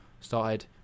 started